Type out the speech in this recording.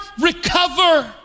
recover